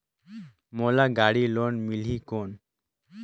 मोला गाड़ी लोन मिलही कौन?